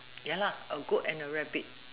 ya lah a goat and a rabbit